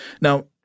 Now